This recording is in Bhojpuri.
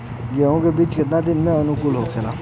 गेहूँ के बिज कितना दिन में अंकुरित होखेला?